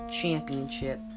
Championship